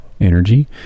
energy